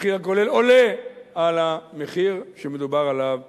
המחיר הכולל עולה על המחיר שמדובר עליו אצלנו.